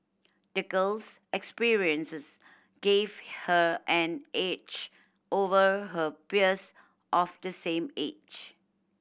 the girl's experiences gave her an edge over her peers of the same age